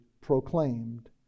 proclaimed